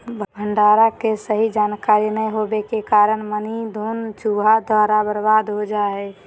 भंडारण के सही जानकारी नैय होबो के कारण नमी, घुन, चूहा द्वारा बर्बाद हो जा हइ